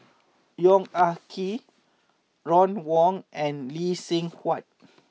Yong Ah Kee Ron Wong and Lee Seng Huat